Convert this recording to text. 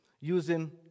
Using